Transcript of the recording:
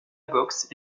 boxe